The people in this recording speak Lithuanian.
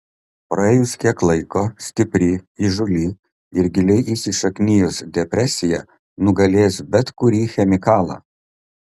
praėjus kiek laiko stipri įžūli ir giliai įsišaknijus depresija nugalės bet kurį chemikalą